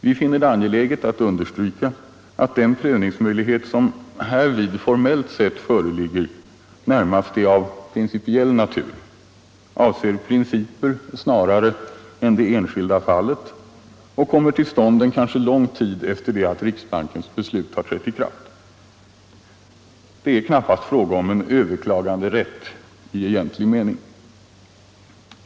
Vi anser det angeläget att understryka att den prövningsmöjlighet som härvid formellt sett föreligger närmast är av principiell natur, avser principer snarare än enskilda fall, och kommer till stånd kanske lång tid efter det att riksbankens beslut trätt i kraft. Det är knappast fråga om en överklaganderätt i egentlig mening.